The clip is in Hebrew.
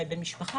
אולי בן משפחה.